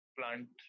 plant